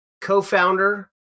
co-founder